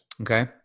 Okay